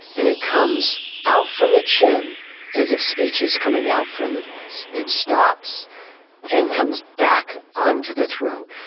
and it comes out from the chin as if speech is coming out from the voice. it stops and comes back on to the throat,